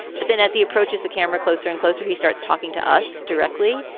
but then as he approaches the camera closer and closer, he starts talking to us directly.